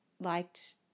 liked